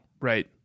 Right